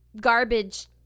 garbage